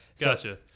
gotcha